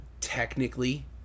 technically